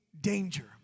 danger